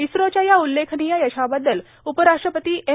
इस्त्रोच्या या उल्लेखनीय यशाबद्दल उपराष्ट्रपती एम